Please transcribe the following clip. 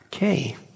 Okay